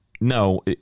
No